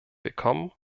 willkommen